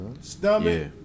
Stomach